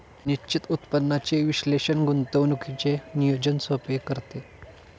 निश्चित उत्पन्नाचे विश्लेषण गुंतवणुकीचे नियोजन सोपे करते